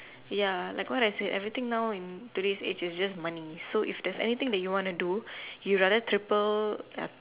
ya like what I said everything now in today's age is just money so if there's anything that you wanna do you rather triple uh